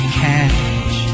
catch